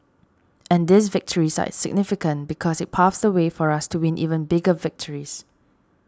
and these victories are significant because it paves the way for us to win even bigger victories